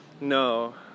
No